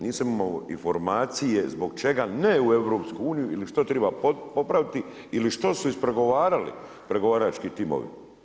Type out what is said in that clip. Nisam imao informacije zbog čega ne u EU ili što triba popraviti ili što su ispregovarali pregovarački timovi.